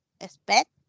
expect